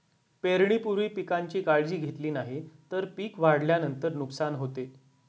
पेरणीपूर्वी पिकांची काळजी घेतली नाही तर पिक वाढल्यानंतर नुकसान होते